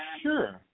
Sure